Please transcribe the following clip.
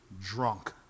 drunk